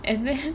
and then